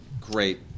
Great